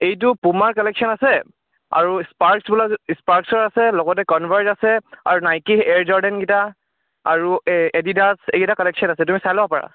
এইটো Puma collection আছে আৰু স্পাৰ্কছ বোলা স্পাৰ্কছৰ আছে লগতে কনভাৰ্চ আছে আৰু নাইকি এয়াৰ জৰ্ডানকেইটা আৰু এ এডিডাছ এইকেইটা কালেকশ্যন আছে তুমি চাই ল'ব পাৰা